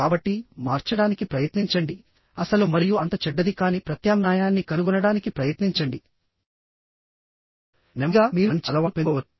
కాబట్టి మార్చడానికి ప్రయత్నించండిఅసలు మరియు అంత చెడ్డది కాని ప్రత్యామ్నాయాన్ని కనుగొనడానికి ప్రయత్నించండి నెమ్మదిగా మీరు మంచి అలవాటును పెంచుకోవచ్చు